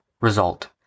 result